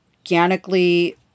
organically